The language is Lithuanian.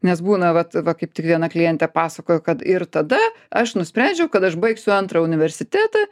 nes būna vat va kaip tik viena klientė pasakojo kad ir tada aš nusprendžiau kad aš baigsiu antrą universitetą